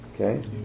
Okay